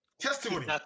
Testimony